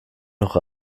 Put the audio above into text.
noch